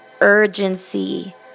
urgency